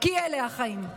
כי אלה החיים.